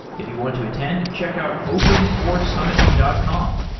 if you want to attend, check out opencoresummit dot com.